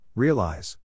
Realize